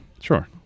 Sure